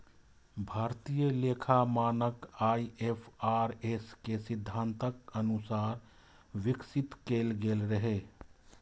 भारतीय लेखा मानक आई.एफ.आर.एस के सिद्धांतक अनुसार विकसित कैल गेल रहै